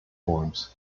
forms